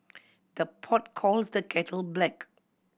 the pot calls the kettle black